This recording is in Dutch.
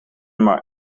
maar